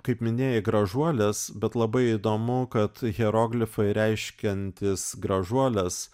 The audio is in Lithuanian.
kaip minėjai gražuolės bet labai įdomu kad hieroglifai reiškiantys gražuoles